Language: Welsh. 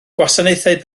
gwasanaethau